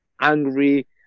angry